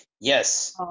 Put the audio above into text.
yes